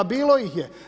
Bilo ih je.